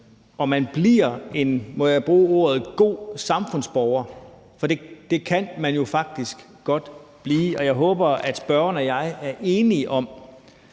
bruge udtrykket god samfundsborger – for det kan man jo faktisk godt blive. Og jeg håber, at spørgeren og jeg er enige om,